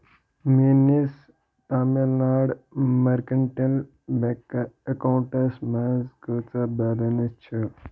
میٲنِس تامِل ناڈ مرکنٹن اکاونٹَس منٛٛز کۭژاہ بیلنس چھےٚ